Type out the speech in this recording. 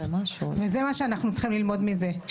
וזה מה שאנחנו צריכים ללמוד מזה.